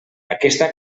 aquesta